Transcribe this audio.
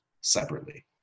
separately